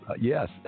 yes